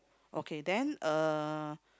okay then uh